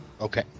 okay